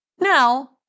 Now